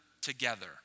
together